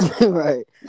right